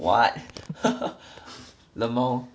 what LMAO